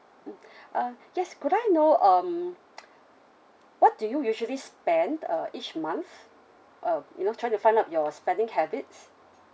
mm uh yes could I know um what do you usually spend uh each month uh you know trying to find out your spending habits